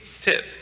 tip